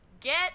Get